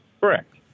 Correct